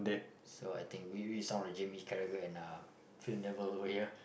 so I think we really sound like Jamie-Carragher and uh